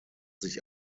sich